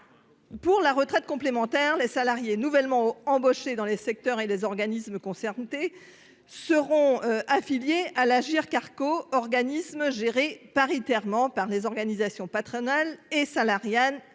pour la retraite complémentaire, les salariés nouvellement embauchés dans les secteurs et les organismes concernés seront affiliés à l'Agirc-Arrco, organisme géré de façon paritaire par les organisations patronales et salariales,